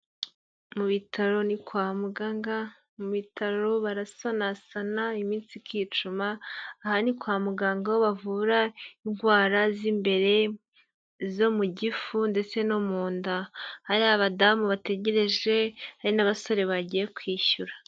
Mu bitaro ni kwa muganga, mu bitaro barasanasana iminsi ikicuma, aha ni kwa muganga aho bavura indwara z'imbere, izo mu gifu ndetse no mu nda. Hari abadamu bategereje, hari n'abasore bagiye kwishyura.